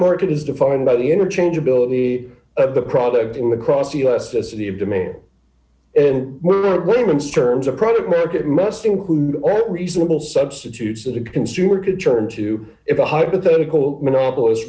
market is defined by the interchangeability of the product in the cross elasticity of demand and women's terms of product market must include all reasonable substitutes that a consumer could turn to if a hypothetical monopoli